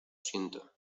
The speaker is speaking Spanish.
siento